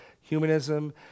humanism